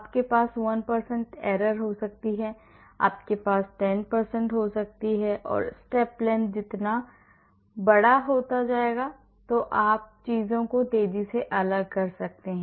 आपके पास 1 error हो सकती है आपके पास 10 error हो सकती है step length जितनी बड़ी हो आप चीजों को तेजी से अलग कर सकते हैं